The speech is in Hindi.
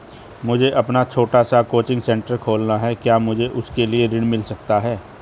मुझे अपना छोटा सा कोचिंग सेंटर खोलना है क्या मुझे उसके लिए ऋण मिल सकता है?